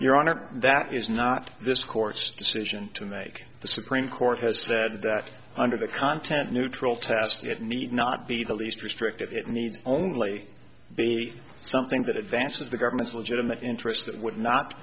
your honor that is not this court's decision to make the supreme court has said that under the content neutral task it need not be the least restrictive it needs only be something that advances the government's legitimate interest that would not